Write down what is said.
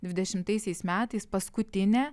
dvidešimtaisiais metais paskutinė